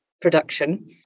production